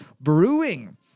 Brewing